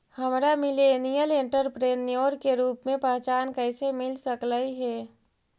हमरा millennial entrepreneur के रूप में पहचान कइसे मिल सकलई हे?